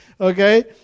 okay